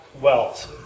Wells